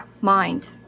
mind